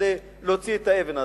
כדי להוציא את האבן הזאת.